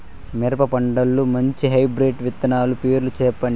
మిరప పంటకు మంచి హైబ్రిడ్ విత్తనాలు పేర్లు సెప్పండి?